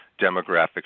demographics